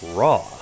raw